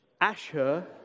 Asher